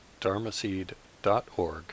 dharmaseed.org